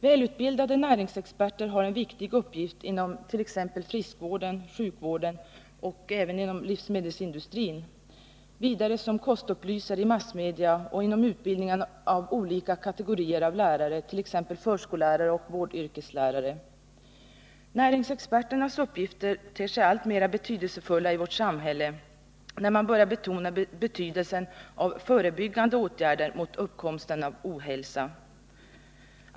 Välutbildade näringsexperter har en viktig uppgift inom t.ex. friskvården och sjukvården liksom även inom livsmedelsindustrin, vidare som kostupplysare i massmedia och inom utbildningen av olika kategorier av lärare, t.ex. förskollärare och vårdyrkeslärare. Näringsexperternas uppgifter ter sig alltmer betydelsefulla i vårt samhälle, när man börjar betona betydelsen av förebyggande åtgärder mot uppkomsten av ohälsa.